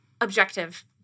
objective